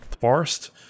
forest